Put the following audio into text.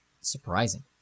surprising